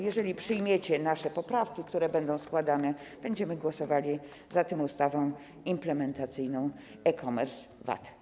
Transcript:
Jeżeli przyjmiecie nasze poprawki, które będą składane, będziemy głosowali za tą ustawą implementującą e-commerce VAT.